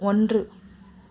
ஒன்று